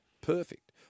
Perfect